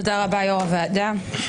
תודה רבה, יו"ר הוועדה.